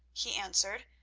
he answered.